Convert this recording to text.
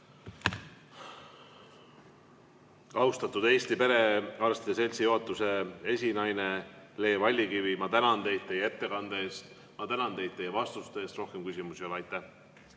Austatud Eesti Perearstide Seltsi juhatuse esinaine Le Vallikivi, ma tänan teid teie ettekande eest ja ma tänan teid teie vastuste eest. Rohkem küsimusi ei ole.